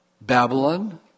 Babylon